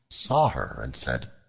saw her and said,